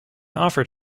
offered